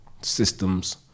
systems